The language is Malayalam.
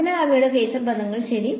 അതിനാൽ അവയാണ് ഫേസർ ബന്ധങ്ങൾ ശരി